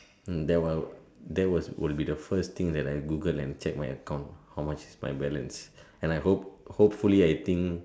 hmm that one that was will be the first thing that I Google and check my account how much is my balance and I hope hopefully I think